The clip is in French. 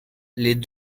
les